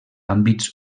àmbits